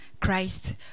Christ